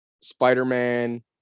Spider-Man